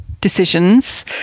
decisions